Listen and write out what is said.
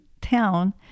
town